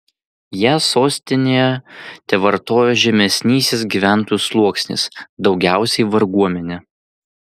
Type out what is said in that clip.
ją sostinėje tevartojo žemesnysis gyventojų sluoksnis daugiausiai varguomenė